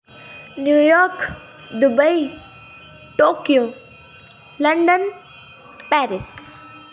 New York Dubai Tokyo London Paris